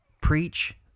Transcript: preach